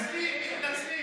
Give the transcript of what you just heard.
מתנצלים, מתנצלים,